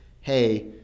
hey